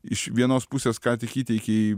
iš vienos pusės ką tik įteikei